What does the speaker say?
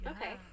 Okay